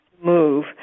move